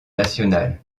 national